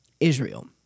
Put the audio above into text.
Israel